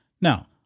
Now